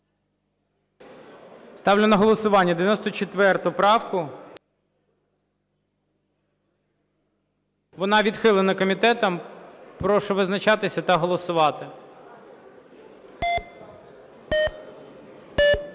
Ставлю на голосування 94 правку. Вона відхилена комітетом. Прошу визначатися та голосувати. 14:33:57